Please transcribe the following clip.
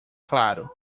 claro